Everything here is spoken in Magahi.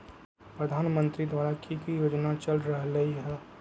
प्रधानमंत्री द्वारा की की योजना चल रहलई ह?